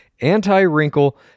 anti-wrinkle